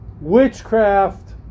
witchcraft